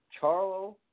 Charlo